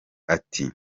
ati